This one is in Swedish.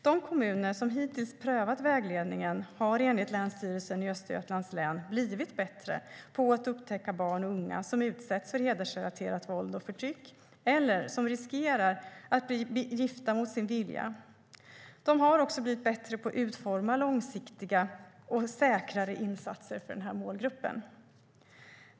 De kommuner som hittills prövat vägledningen har enligt Länsstyrelsen i Östergötlands län blivit bättre på att upptäcka barn och unga som utsätts för hedersrelaterat våld och förtryck eller som riskerar att bli eller blivit gifta mot sin vilja. De har också blivit bättre på att utforma långsiktiga och säkra insatser för målgruppen.